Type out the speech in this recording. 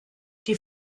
die